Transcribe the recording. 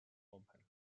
open